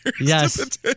Yes